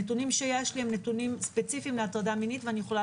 הנתונים שיש לי הם ספציפיים להטרדה מינית ואני יכולה